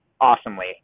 awesomely